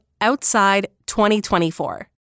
OUTSIDE2024